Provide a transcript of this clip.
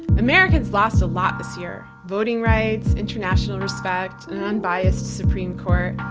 americans lost a lot this year, voting rights, international respect, an unbiased supreme court.